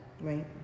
right